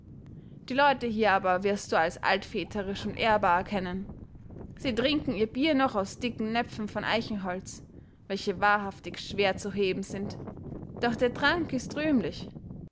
die leute hier aber wirst du als altväterisch und ehrbar erkennen sie trinken ihr bier noch aus dicken näpfen von eichenholz welche wahrhaftig schwer zu heben sind doch der trank ist rühmlich